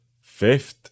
fifth